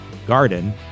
Garden